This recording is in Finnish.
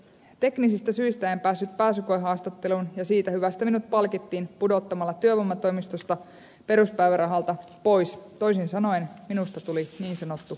teknisistä syistä en päässyt pääsykoehaastatteluun ja siitä hyvästä minut palkittiin pudottamalla työvoimatoimistosta peruspäivärahalta pois toisin sanoen minusta tuli niin sanottu sosiaalipummi